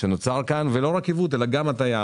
שנוצר כאן, ולא רק עיוות אלא גם הטעיה.